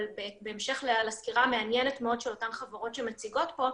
אבל בהמשך לסקירה המעניינת מאוד של אותן חברות שמציגות פה,